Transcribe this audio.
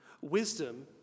Wisdom